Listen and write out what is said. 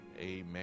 amen